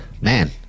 Man